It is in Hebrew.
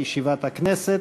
הכנסת.